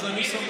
אז אני שמח.